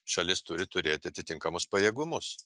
šalis turi turėt atitinkamus pajėgumus